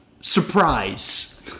Surprise